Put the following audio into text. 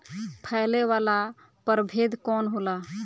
फैले वाला प्रभेद कौन होला?